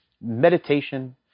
meditation